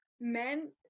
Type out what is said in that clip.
men